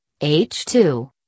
H2